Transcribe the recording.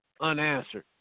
unanswered